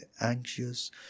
anxious